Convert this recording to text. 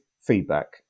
feedback